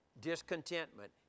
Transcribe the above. discontentment